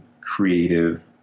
creative